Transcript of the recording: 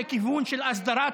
שדה.